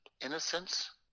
innocence